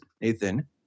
Nathan